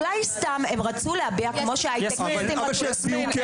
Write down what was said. אולי סתם הם רצו להביע כמו שההייטקיסטים רצו --- הם יכולים,